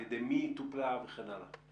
על ידי מי היא טופלה וכן הלאה?